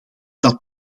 dat